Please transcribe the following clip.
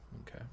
Okay